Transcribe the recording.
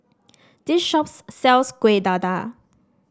this shop sells Kueh Dadar